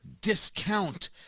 discount